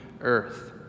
earth